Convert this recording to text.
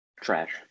trash